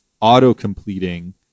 auto-completing